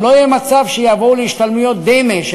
גם לא יהיה מצב שיבואו להשתלמויות דמה,